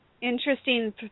interesting